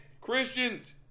Christians